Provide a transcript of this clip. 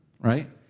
Right